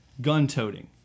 Gun-toting